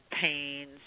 pains